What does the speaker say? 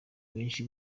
benshi